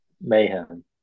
mayhem